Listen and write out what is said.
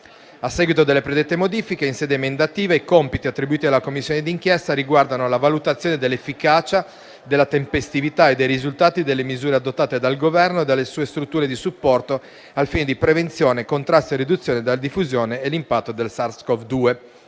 A seguito delle predette modifiche in sede emendativa, i compiti attribuiti alla Commissione d'inchiesta riguardano: la valutazione dell'efficacia, della tempestività e dei risultati delle misure adottate dal Governo e dalle sue strutture di supporto al fine di prevenzione, contrasto e riduzione della diffusione e dell'impatto del SARS-CoV-2,